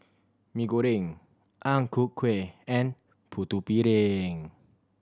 Mee Goreng Ang Ku Kueh and Putu Piring